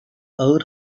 ağır